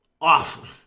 awful